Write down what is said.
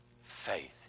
faith